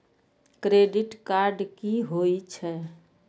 Credit card की होई छै?